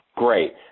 Great